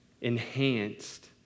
enhanced